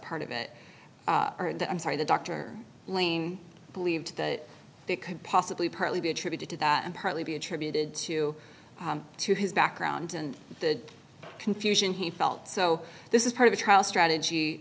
part of it or the i'm sorry the doctor lane believed that they could possibly partly be attributed to that and partly be attributed to to his background and the confusion he felt so this is part of a trial strategy